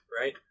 right